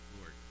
Lord